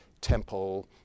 temple